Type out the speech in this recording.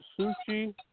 sushi